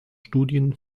studien